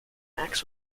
max